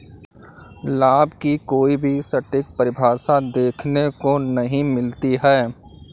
लाभ की कोई भी सटीक परिभाषा देखने को नहीं मिलती है